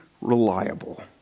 reliable